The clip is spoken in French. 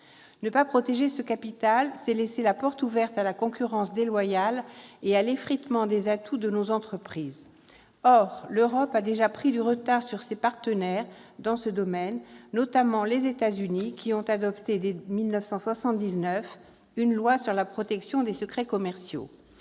Ne pas protéger ce capital, c'est laisser la porte ouverte à la concurrence déloyale et à l'effritement des atouts de nos entreprises. Or l'Europe a déjà pris du retard sur ses partenaires, notamment les États-Unis, qui ont adopté, dès 1979, une loi sur la protection des secrets commerciaux.